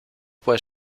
puede